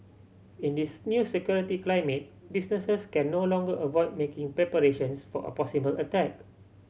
in this new security climate businesses can no longer avoid making preparations for a possible attack